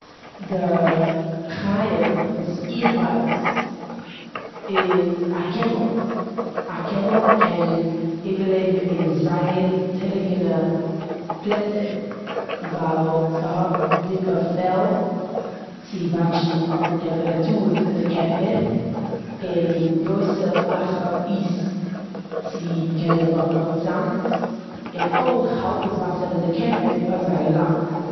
די חיה וואס איך ווייס איז א קעמל. א קעמל קען איבערלעבן אין זייער טרוקענע פלעצער וויל ס'האט זייער דיקע פעל צו וואטשן אויף די טעמפעראטור פון די קערפער, און גרויסע פלאכע פיס צו קענען וואקן אויף זאמד און אויך האלט עס וואסער אין די קערפער פאר זייער לאנג.